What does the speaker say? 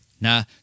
nah